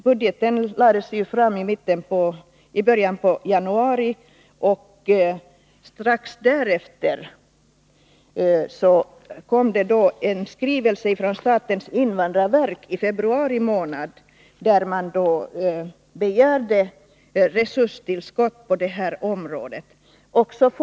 Budgeten lades fram i början av januari, och strax därefter, i februari, kom det en skrivelse från statens invandrarverk där man begärde resurstillskott på detta område.